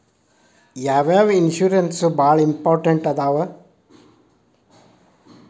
ಯಾವ್ಯಾವ ಇನ್ಶೂರೆನ್ಸ್ ಬಾಳ ಇಂಪಾರ್ಟೆಂಟ್ ಅದಾವ?